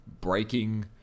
breaking